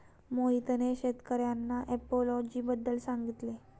मोहितने शेतकर्यांना एपियोलॉजी बद्दल सांगितले